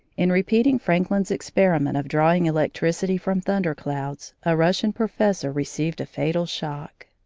in repeating franklin's experiment of drawing electricity from thunder-clouds, a russian professor received a fatal shock.